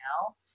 now